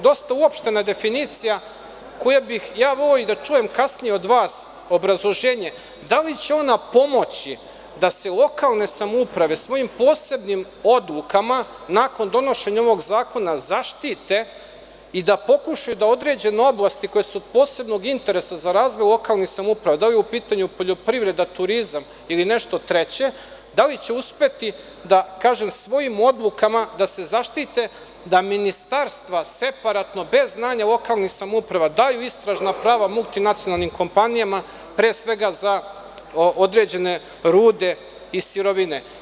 Dosta uopštena definicija, koju bih voleokasnije da čujem od vas, obrazloženje da li će ona pomoći da se lokalne samouprave svojim posebnim odlukama nakon donošenja ovog zakona zaštite i da pokušaju da određenu oblast koje su od posebnog interesa za razvoj lokalnih samouprava, da li je u pitanju poljoprivreda, turizam ili nešto treće, da li će uspeti da svojim odlukama da se zaštite da ministarstva separatno bez znanja lokalnih samouprava daju istražna prava multinacionalnim kompanijama, pre svega, za određene rude i sirovine?